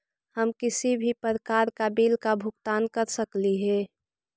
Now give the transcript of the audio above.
हम किसी भी प्रकार का बिल का भुगतान कर सकली हे?